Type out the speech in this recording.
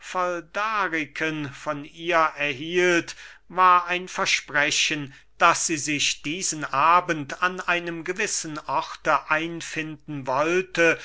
von ihr erhielt war ein versprechen daß sie sich diesen abend an einem gewissen ort einfinden wollte